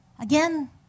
Again